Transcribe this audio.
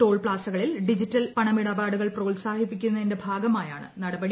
toll പ്താസക്ളിൽ digital പണമിടപാടുകൾ പ്രോത്സാഹ്റ്റീപ്പിക്കുന്നതിന്റെ ഭാഗമായാണ് നടപടി